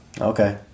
okay